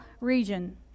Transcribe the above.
region